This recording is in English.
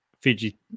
Fiji